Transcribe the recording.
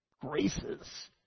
graces